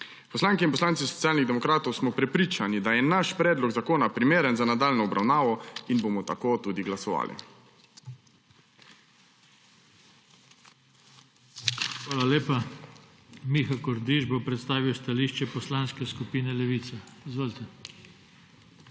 Poslanke in poslanci Socialnih demokratov smo prepričani, da je naš predlog zakona primeren za nadaljnjo obravnavo, in bomo tako tudi glasovali. **PODPREDSEDNIK JOŽE TANKO:** Hvala lepa. Miha Kordiš bo predstavil stališče Poslanske skupine Levica. Izvolite.